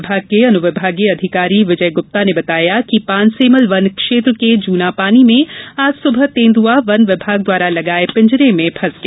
विभाग के अनुविमागीय अधिकारी विजय गुप्ता ने बताया कि पानसेमल वन क्षेत्र के ज्नापानी में आज सुबह तेंद्रआ वन विभाग द्वारा लगाए पिंजरे में फैस गया